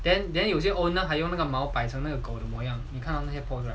then then 有些那个 owner 还用那个毛摆成那个狗的模样你看到那些 post right